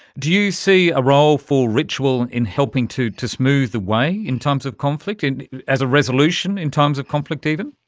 do you see a role for ritual in helping to to smooth the way in times of conflict, as a resolution in times of conflict even?